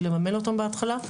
ולממן אותם בהתחלה.